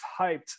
hyped